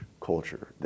culture